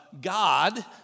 God